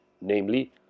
namely